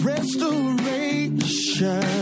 Restoration